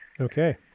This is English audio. Okay